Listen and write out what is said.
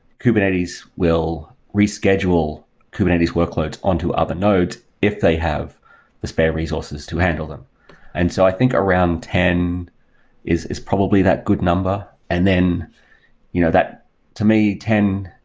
kubernetes will reschedule kubernetes workloads on to other nodes, if they have the spare resources to handle them and so i think around ten is is probably that good number. and then you know that to me, ten,